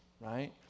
right